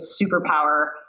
superpower